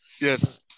Yes